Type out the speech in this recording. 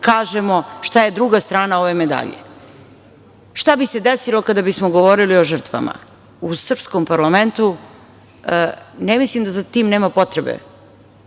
kažemo šta je druga strana ove medalje. Šta bi se desilo, kada bi smo govorili o žrtvama, u srpskom parlamentu? Ne mislim da za tim nema potrebe,